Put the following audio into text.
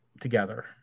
together